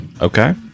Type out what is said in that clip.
Okay